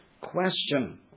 question